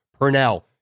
Purnell